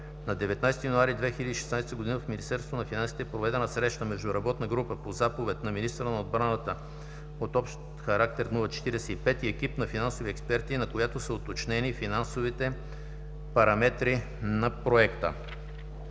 на 19 януари 2016 г. в Министерството на финансите е проведена среща между работна група по заповед на министъра на отбраната № ОХ-045 и екип от финансови експерти, на която са уточнени финансовите параметри на Проекта;